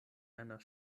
einer